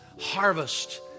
harvest